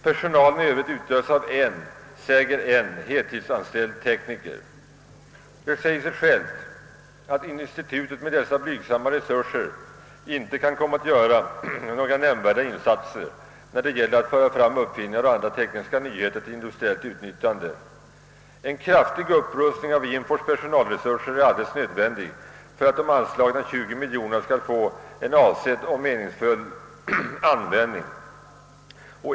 Personalen i övrigt utgöres av en — säger en — heltidsanställd tekniker. Det säger sig självt att institutet med dessa blygsamma resurser inte kan komma att göra några nämnvärda insatser när det gäller att föra fram uppfinningar och andra tekniska nyheter till industriellt utnyttjande. En kraftig upprustning av INFOR:s personalresurser är alldeles nödvändig för att de anslagna 20 miljonerna skall få en avsedd och meningsfull användning.